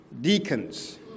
deacons